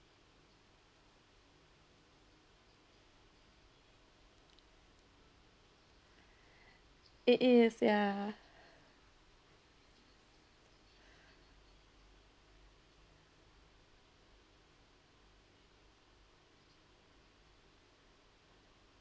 it is ya